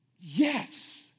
yes